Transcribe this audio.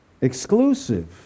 exclusive